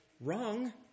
Wrong